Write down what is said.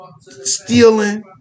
Stealing